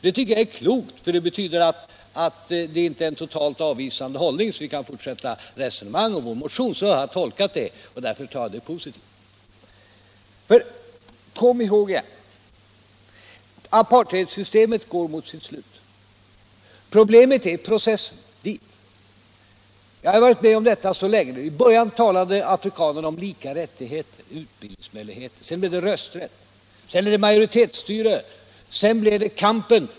Det tycker jag är klokt, för det betyder att man inte har någon totalt avvisande hållning. Vi kan alltså fortsätta resonemanget om vår motion. Så har jag tolkat det. Därför uppfattar jag det sagda positivt. Men kom ihåg detta: apartheidsystemet går mot sitt slut. Problemet är processen dit. Jag har varit med om detta så länge och upplevt hur afrikanerna i början talade om lika rättigheter och lika utbildningsmöjligheter, sedan blev det rösträtt, därefter majoritetsstyre — och sedan blev det kampen.